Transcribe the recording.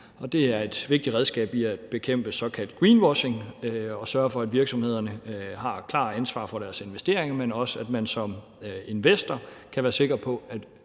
det er et vigtigt redskab til at bekæmpe såkaldt greenwashing og til at sørge for, at virksomhederne har et klart ansvar for deres investeringer, men også til at sørge for, at man som investor kan være sikker på,